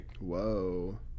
Whoa